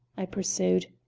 i pursued.